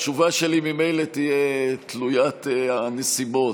התשובה שלי ממילא תהיה תלוית הנסיבות,